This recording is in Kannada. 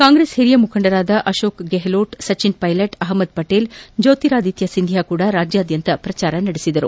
ಕಾಂಗೈಸ್ ಹಿರಿಯ ಮುಖಂಡರಾದ ಅಶೋಕ್ ಗೆಹ್ಡೋಟ್ ಸಚಿನ್ ಪೈಲಟ್ ಅಹಮದ್ ಪಟೀಲ್ ಜ್ಯೋತಿರಾದಿತ್ಯ ಸಿಂಧಿಯಾ ಕೂಡ ರಾಜ್ಯದಾದ್ಯಂತ ಪ್ರಚಾರ ನಡೆಸಿದರು